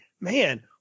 man –